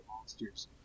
monsters